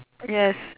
yes